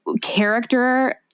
character